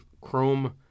chrome